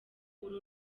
uru